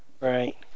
Right